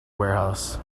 warehouse